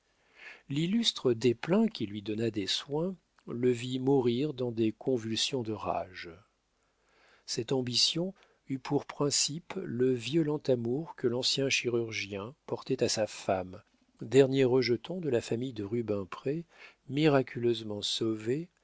l'illustre desplein qui lui donna des soins le vit mourir dans des convulsions de rage cette ambition eut pour principe le violent amour que l'ancien chirurgien portait à sa femme dernier rejeton de la famille de rubempré miraculeusement sauvé